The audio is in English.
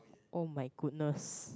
oh-my-goodness